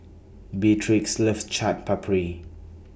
Beatrix loves Chaat Papri